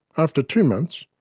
after two months,